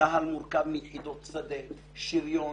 צה"ל מורכב מיחידות שדה ושריון